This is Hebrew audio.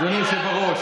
אדוני היושב-ראש,